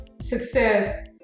success